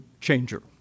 changer